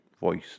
Voice